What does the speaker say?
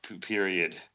period